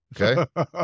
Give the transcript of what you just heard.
okay